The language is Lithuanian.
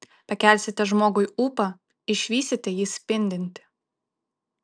pakelsite žmogui ūpą išvysite jį spindintį